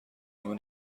همه